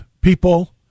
people